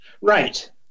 Right